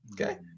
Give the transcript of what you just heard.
okay